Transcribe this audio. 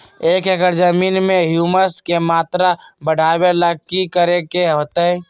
एक एकड़ जमीन में ह्यूमस के मात्रा बढ़ावे ला की करे के होतई?